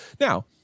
Now